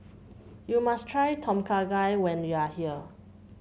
you must try Tom Kha Gai when you are here